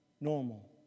normal